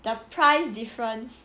the price difference